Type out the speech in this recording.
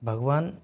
भगवान